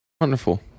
Wonderful